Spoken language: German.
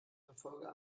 verfolger